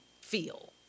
feel